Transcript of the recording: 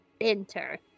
Enter